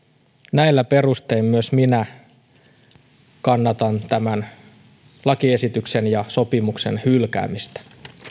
näillä perustein myös minä kannatan tämän lakiesityksen ja sopimuksen hylkäämistä